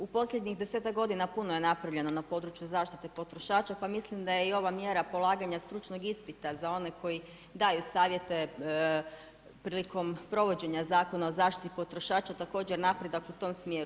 U posljednjih 10ak godina puno je napravljeno na području zaštite potrošača pa mislim da je i ova mjera polaganja stručnog ispita za one koji daju savjete prilikom provođenja Zakona o zaštiti potrošača također napredak u tom smjeru.